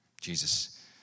Jesus